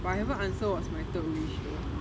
but I haven't answer was my third wish though